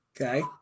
Okay